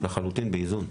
לחלוטין באיזון.